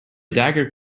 dagger